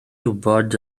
wybod